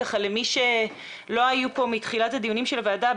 למי שלא היו פה מתחילת הדיונים של הוועדה,